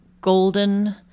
golden